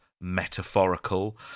metaphorical